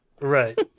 Right